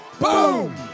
BOOM